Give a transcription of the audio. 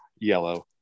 yellow